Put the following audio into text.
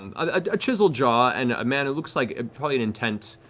um a chiseled jaw and a man who looks like probably an intense,